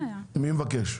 מי מבקש?